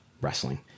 wrestling